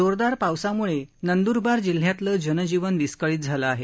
जोरदार पावसाम्ळे नंदरबार जिल्ह्यातलं जनजीवन विस्कळीत झालं आहे